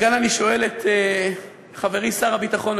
מכאן אני שואל את חברי שר הביטחון,